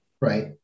right